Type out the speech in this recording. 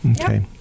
Okay